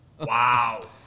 Wow